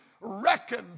reckon